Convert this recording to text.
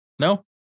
No